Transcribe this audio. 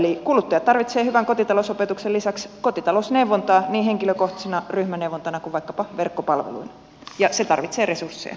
eli kuluttajat tarvitsevat hyvän kotitalousopetuksen lisäksi kotitalousneuvontaa niin henkilökohtaisena ryhmäneuvontana kuin vaikkapa verkkopalveluina ja se tarvitsee resursseja